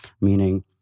Meaning